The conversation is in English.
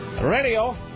Radio